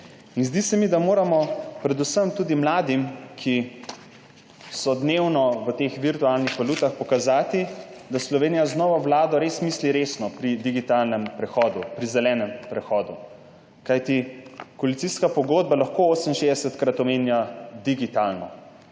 Zdi se mi, da moramo predvsem tudi mladim, ki so dnevno v teh virtualnih valutah, pokazati, da Slovenija z novo vlado res misli resno pri digitalnem prehodu, pri zelenem prehodu. Kajti koalicijska pogodba lahko 68-krat omenja digitalno,